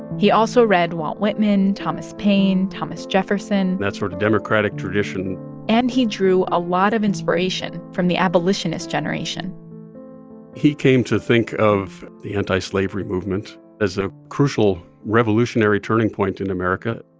he also read walt whitman, thomas paine, thomas jefferson. that sort the democratic tradition and he drew a lot of inspiration from the abolitionist generation he came to think of the antislavery movement as a crucial revolutionary turning point in america.